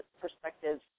perspectives